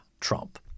Trump